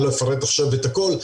אני לא אפרט עכשיו את הכול,